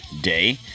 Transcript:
day